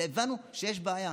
הבנו שיש בעיה.